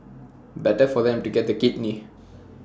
better for them to get the kidney